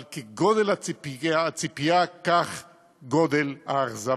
אבל כגודל הציפייה גודל האכזבה.